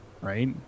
Right